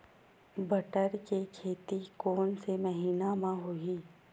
बटर के खेती कोन से महिना म होही?